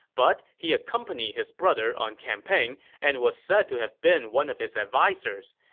but he accompanied his brother on campaign and was said to have been one of his advisers.